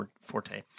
forte